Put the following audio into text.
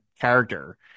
character